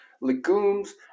legumes